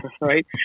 Right